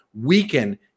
weaken